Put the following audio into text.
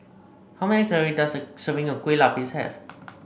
how many calories does a serving of Kueh Lapis have